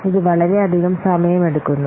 ഇത് വളരെയധികം സമയമെടുക്കുന്നു